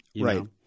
Right